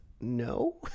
No